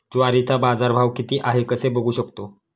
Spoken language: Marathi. ज्वारीचा बाजारभाव किती आहे कसे बघू शकतो?